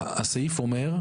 הסעיף אומר,